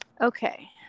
Okay